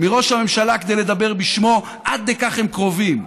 מראש הממשלה כדי לדבר בשמו, עד כדי כך הם קרובים.